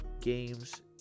Games